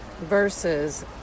versus